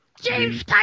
James